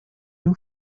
new